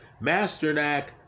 Masternak